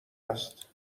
هست